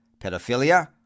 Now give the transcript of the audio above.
pedophilia